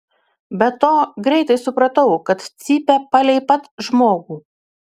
be to greitai supratau kad cypia palei pat žmogų